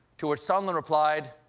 to which sondland replied,